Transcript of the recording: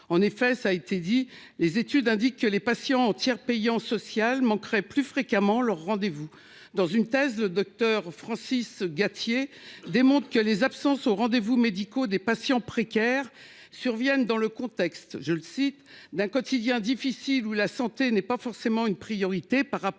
En effet, les études indiquent que les patients en tiers payant social manquent plus fréquemment leurs rendez-vous. Dans sa thèse, le docteur Francis Gatier démontre que « les absences aux rendez-vous des patients précaires surviennent dans le contexte d'un quotidien difficile où la santé n'est pas forcément une priorité ». Parmi les